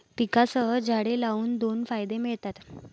पिकांसह झाडे लावून दोन फायदे मिळतात